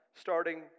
starting